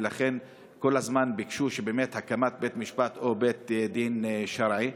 ולכן כל הזמן ביקשו הקמת בית משפט או בית דין שרעי.